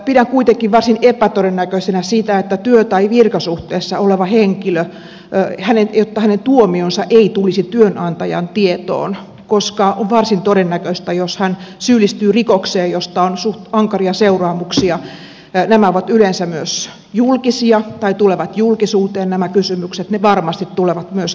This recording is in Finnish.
pidän kuitenkin varsin epätodennäköisenä sitä että työ tai virkasuhteessa olevan henkilön tuomio ei tulisi työnantajan tietoon koska on varsin todennäköistä että jos hän syyllistyy rikokseen josta on suht ankaria seuraamuksia nämä kysymykset yleensä myös tulevat julkisuuteen ja ne varmasti tulevat myös työnantajan tietoon